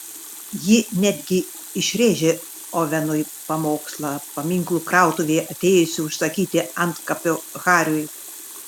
ji netgi išrėžė ovenui pamokslą paminklų krautuvėje atėjusi užsakyti antkapio hariui